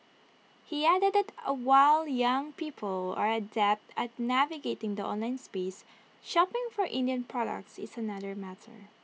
he added that ah while young people are adept at navigating the online space shopping for Indian products is another matter